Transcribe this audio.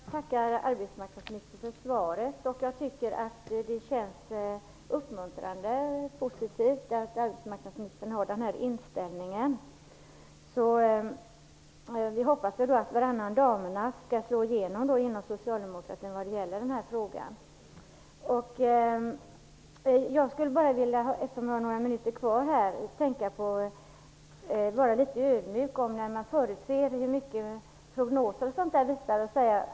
Fru talman! Jag tackar arbetsmarknadsministern för svaret. Jag tycker att det känns uppmuntrande och positivt att arbetsmarknadsministern har den här inställningen. Vi hoppas att varannan damernas skall slå igenom inom socialdemokratin vad gäller den här frågan. Jag skulle bara, eftersom jag har några minuter kvar, vilja vara litet ödmjuk inför hur mycket prognoser och sådant visar.